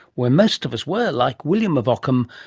where most of us were, like william of ockham,